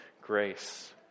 grace